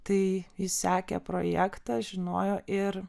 tai ji sekė projektą žinojo ir